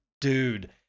dude